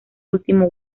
último